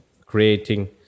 creating